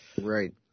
Right